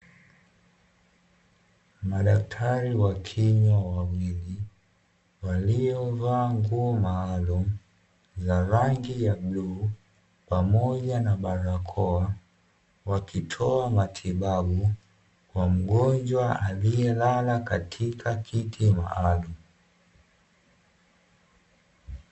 Madaktari wa kinywa wawili waliovaa nguo maalumu za rangi ya bluu pamoja na barakoa, wakitoa matibabu kwa mgonjwa aliyelala katika kiti maalumu.